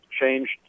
Changed